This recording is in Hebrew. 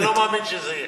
אתה לא מאמין שזה יהיה.